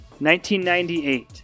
1998